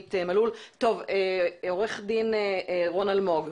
עורך דין רון אלמוג,